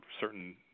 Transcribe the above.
certain